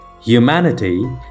Humanity